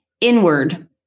inward